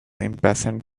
impatient